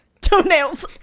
Toenails